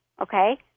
okay